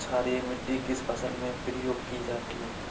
क्षारीय मिट्टी किस फसल में प्रयोग की जाती है?